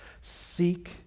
seek